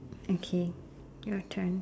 okay your turn